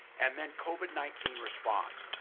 and then covid nineteen response,